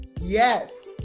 Yes